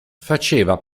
faceva